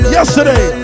yesterday